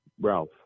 Ralph